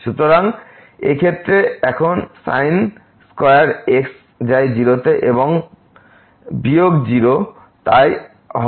সুতরাং এই ক্ষেত্রে এখন sin square x যায় 0 তে এবং বিয়োগ 0 তাই হয়